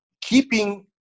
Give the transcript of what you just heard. keeping